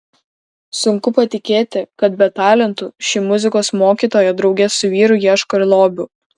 sunku patikėti kad be talentų ši muzikos mokytoja drauge su vyru ieško ir lobių